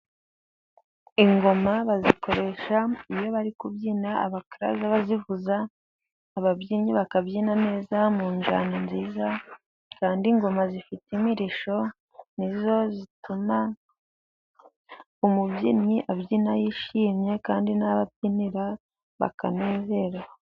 Ingoma bazikoresha iyo bari kubyina, abakaraza bazivuza, ababyinnyi bakabyina neza mu njyana nziza. Kandi ingoma zifite imirishyo ni zo zituma umubyinnyi abyina yishimye kandi n'ababyinira bakanezerwa.